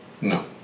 No